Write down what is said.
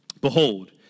Behold